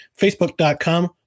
facebook.com